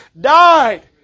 died